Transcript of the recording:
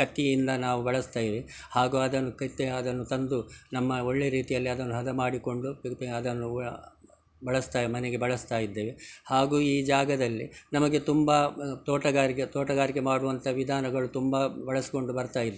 ಕತ್ತಿಯಿಂದ ನಾವು ಬಳಸ್ತೇವೆ ಹಾಗೂ ಅದನ್ನು ಕಟ್ಟಿ ಅದನ್ನು ತಂದು ನಮ್ಮ ಒಳ್ಳೆಯ ರೀತಿಯಲ್ಲಿ ಅದನ್ನು ಹದ ಮಾಡಿಕೊಂಡು ಅದನ್ನು ವ ಬಳಸ್ತಾ ಮನೆಗೆ ಬಳಸ್ತಾ ಇದ್ದೇವೆ ಹಾಗೂ ಈ ಜಾಗದಲ್ಲಿ ನಮಗೆ ತುಂಬ ತೋಟಗಾರಿಕೆ ತೋಟಗಾರಿಕೆ ಮಾಡುವಂಥ ವಿಧಾನಗಳು ತುಂಬ ಬಳಸಿಕೊಂಡು ಬರ್ತಾ ಇದ್ದೇವೆ